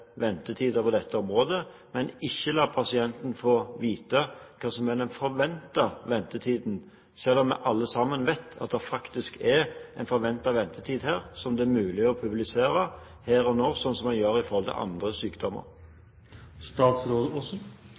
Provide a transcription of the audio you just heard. ventetider på dette området, men ikke la pasienten få vite hva som er den forventede ventetiden, selv om alle sammen vet at det faktisk er en forventet ventetid her, som det er mulig å publisere her og nå, slik som man gjør for andre sykdommer?